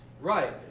Right